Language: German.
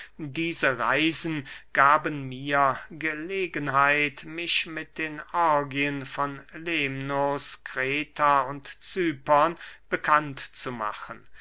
diese reisen gaben mir gelegenheit mich mit den orgien von lemnos kreta und cypern bekannt zu machen